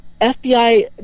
FBI